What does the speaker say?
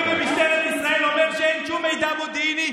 גורם בכיר במשטרת ישראל אומר שאין שום מידע מודיעיני,